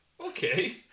Okay